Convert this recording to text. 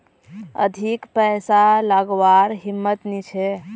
अधिक पैसा लागवार हिम्मत नी छे